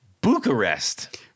Bucharest